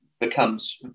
becomes